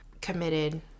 committed